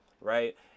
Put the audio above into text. right